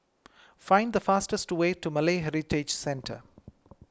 find the fastest way to Malay Heritage Centre